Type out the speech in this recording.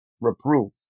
reproof